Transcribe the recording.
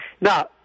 now